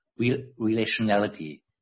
Relationality